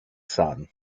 son